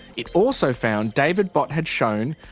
it also found david bott had shown,